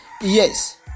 Yes